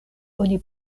oni